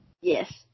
yes